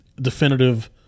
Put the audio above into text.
definitive